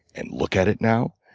and look at it now.